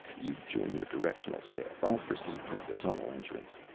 you join your directional staff. i'll proceed toward the tunnel entrance.